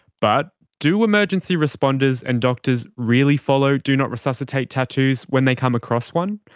but do emergency responders and doctors really follow do not resuscitate tattoos when they come across one?